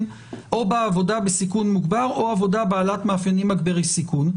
או בעבודה בסיכון מוגבר או עבודה בעלת מאפיינים מגבירי סיכון".